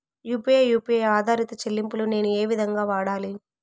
UPI U P I ఆధారిత చెల్లింపులు నేను ఏ విధంగా వాడాలి?